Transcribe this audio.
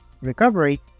recovery